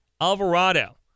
Alvarado